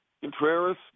Contreras